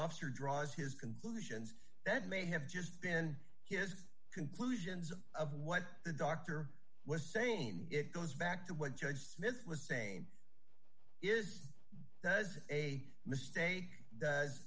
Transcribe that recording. officer draws his conclusions that may have just been his conclusions of what the doctor was saying it goes back to what judge smith was saying is does a mistake